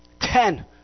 Ten